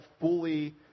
fully